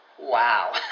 wow